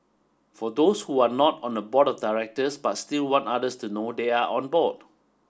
for those who are not on the board of directors but still want others to know they are on board